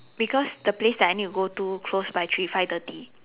because the place that I need to go to close by three five thirty